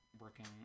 working